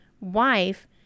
wife